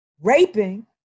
raping